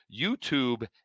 YouTube